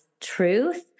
truth